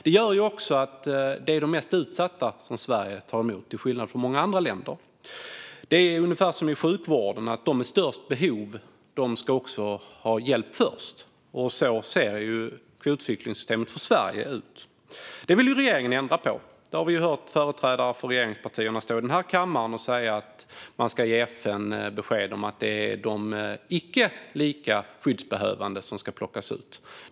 Det gör att Sverige har tagit emot de mest utsatta, till skillnad från många andra länder. Det är ungefär som i sjukvården, det vill säga att de med störst behov ska ha hjälp först. Så ser kvotflyktingsystemet ut för Sveriges del. Det här vill regeringen ändra på. Vi har hört företrädare för regeringspartierna säga här i kammaren att man ska ge FN besked om att det är de icke lika skyddsbehövande som ska plockas ut.